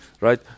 Right